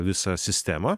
visą sistemą